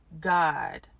God